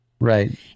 right